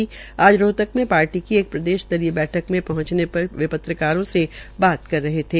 आज रोहतक में पार्टी रोहतक में पार्टी की एक प्रदेश स्तरीय बैठक में पहंचने पर वे पत्रकारों से बात कर रहे थे